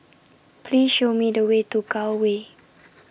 Please Show Me The Way to Gul Way